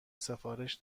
سفارش